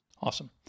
Awesome